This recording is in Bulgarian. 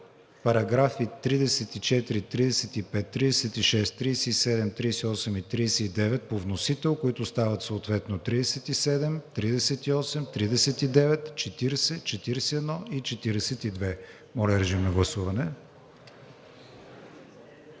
параграфи 34, 35, 36, 37, 38 и 39 по вносител, които стават съответно 37, 38, 39, 40, 41 и 42. Гласували